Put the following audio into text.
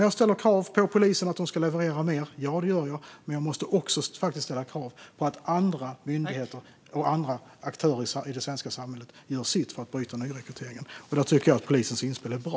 Jag ställer krav på polisen att de ska leverera mer, men jag måste faktiskt också ställa krav på att andra myndigheter och andra aktörer i det svenska samhället gör sitt för att bryta nyrekryteringen. Där tycker jag att polisens inspel är bra.